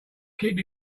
keep